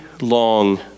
long